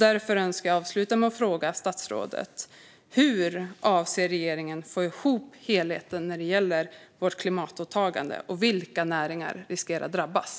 Därför vill jag avsluta med att fråga statsrådet: Hur avser regeringen att få ihop helheten när det gäller vårt klimatåtagande, och vilka näringar riskerar att drabbas?